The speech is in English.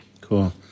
Cool